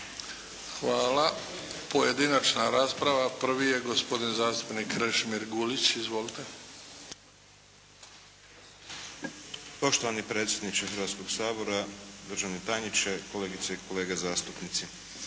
Hvala. Pojedinačna rasprava. Prvi je gospodin zastupnik Krešimir Gulić. Izvolite. **Gulić, Krešimir (HDZ)** Poštovani predsjedniče Hrvatskoga sabora, državni tajniče, kolegice i kolege zastupnici.